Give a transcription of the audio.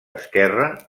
esquerre